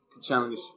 challenge